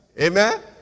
Amen